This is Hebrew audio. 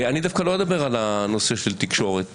אני דווקא לא אדבר על הנושא של תקשורת.